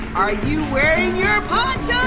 are you wearing your ponchos? oh,